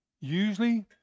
Usually